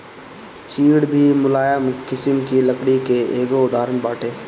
चीड़ भी मुलायम किसिम के लकड़ी कअ एगो उदाहरण बाटे